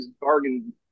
Bargain